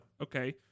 okay